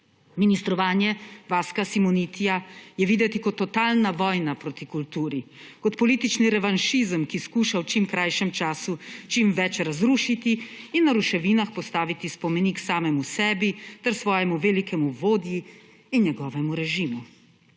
Ministrovanje Vaska Simonitija je videti kot totalna vojna proti kulturi, kot politični revanšizem, ki skuša v čim krajšem času čim več razrušiti in v ruševinah postaviti spomenik samemu sebi ter svojemu velikemu vodji in njegovemu režimu.